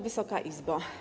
Wysoka Izbo!